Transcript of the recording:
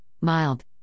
mild